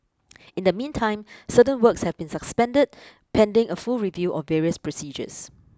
in the meantime certain works have been suspended pending a full review of various procedures